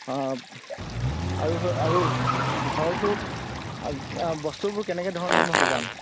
আৰু আৰু ঘৰটো বস্তুবোৰ কেনেকুৱা ধৰণে আমি সজাম